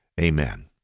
Amen